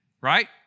Right